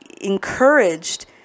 encouraged